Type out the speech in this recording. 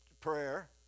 prayer